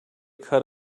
cut